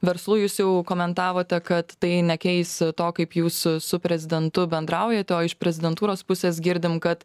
verslu jūs jau komentavote kad tai nekeis to kaip jūs su prezidentu bendraujate o iš prezidentūros pusės girdim kad